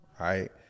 right